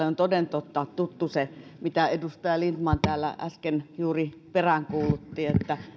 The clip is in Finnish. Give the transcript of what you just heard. on toden totta tuttu se mitä edustaja lindtman täällä äsken juuri peräänkuulutti